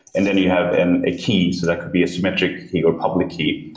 and then you have and a key, so that could be a so metric key or public key.